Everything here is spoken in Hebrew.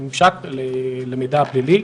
ממשק למידע הפלילי,